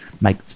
make